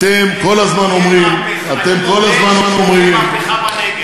אתם כל הזמן אומרים, אני מודה שתהיה מהפכה בנגב.